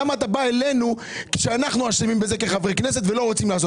למה אתה בא אלינו שאנחנו אשמים בזה כחברי כנסת ולא רוצים לעשות?